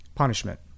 Punishment